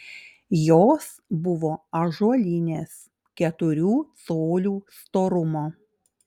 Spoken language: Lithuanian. jos buvo ąžuolinės keturių colių storumo